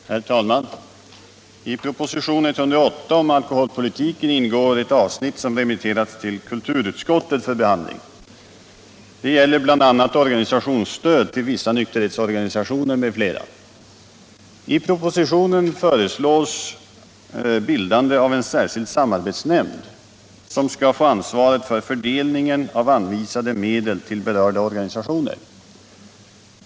Herr talman! I proposition 108 om alkoholpolitiken ingår ett avsnitt som remitterats till kulturutskottet för behandling. Det gäller bl.a. organisationsstöd till vissa nykterhetsorganisationer m.fl. I propositionen föreslås bildande av en särskild samarbetsnämnd, som skall få ansvaret för fördelningen av anvisade medel till berörda organisationer.